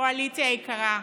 קואליציה יקרה?